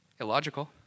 Illogical